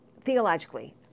theologically